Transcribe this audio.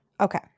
Okay